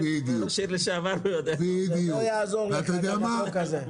לא יעזור לך החוק הזה.